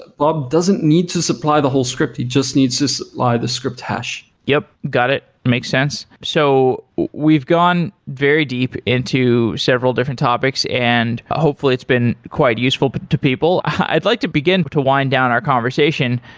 bob doesn't need to supply the whole script. he just needs to supply the script hash yup. got it. makes sense. so we've gone very deep into several different topics and hopefully it's been quite useful to people. i'd like to begin to wind down our conversation.